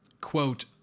quote